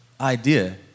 idea